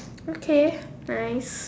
okay nice